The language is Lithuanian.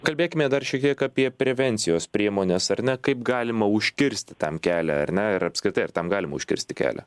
kalbėkime dar šiek tiek apie prevencijos priemones ar ne kaip galima užkirsti tam kelią ar ne ir apskritai ar tam galima užkirsti kelią